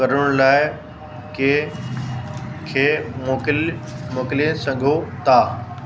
करण लाइ कंहिंखें मोकिल मोकिले सघो था